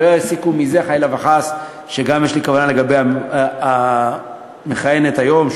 שלא יסיקו מזה חלילה וחס שיש לי כוונה לגבי המכהנת היום.